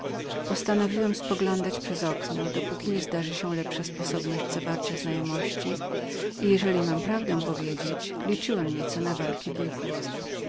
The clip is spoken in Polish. postanowiłem spoglądać przez okno dopóki nie zdarzy się lepsza sposobność zabrania znajomości i jeżeli mam prawdę powiedzieć niecierpliwie oczekiwałem walek byków